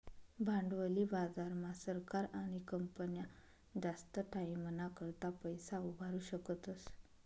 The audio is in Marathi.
भांडवली बाजार मा सरकार आणि कंपन्या जास्त टाईमना करता पैसा उभारु शकतस